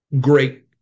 Great